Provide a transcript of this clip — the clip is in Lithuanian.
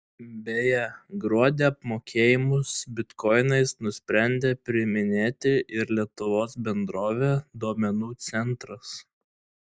beje gruodį apmokėjimus bitkoinais nusprendė priiminėti ir lietuvos bendrovė duomenų centras